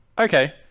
Okay